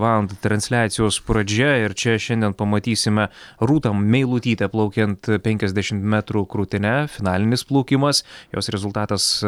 valandą transliacijos pradžia ir čia šiandien pamatysime rūtą meilutytę plaukiant penkiasdešim metrų krūtine finalinis plaukimas jos rezultatas